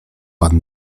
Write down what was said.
pan